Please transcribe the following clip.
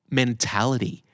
mentality